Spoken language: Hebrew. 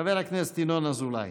חבר הכנסת ינון אזולאי.